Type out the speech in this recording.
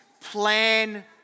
plan